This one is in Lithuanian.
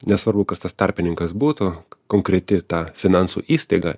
nesvarbu kas tas tarpininkas būtų konkreti ta finansų įstaiga